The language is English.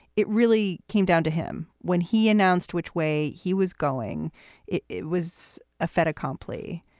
it really came down to him when he announced which way he was going it it was a fait accompli.